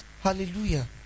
Hallelujah